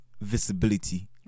visibility